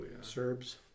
Serbs